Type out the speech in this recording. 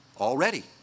already